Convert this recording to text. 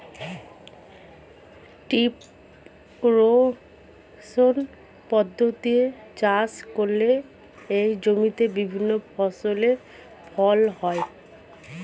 crop rotation পদ্ধতিতে চাষ করলে একই জমিতে বিভিন্ন ফসলের ফলন হয়